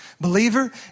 believer